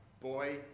boy